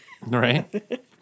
Right